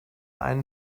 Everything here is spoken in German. einen